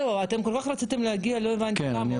אתם כל כך רציתם להגיע, לא הבנתי למה.